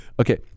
Okay